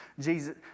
Jesus